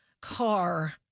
car